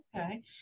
Okay